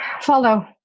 Follow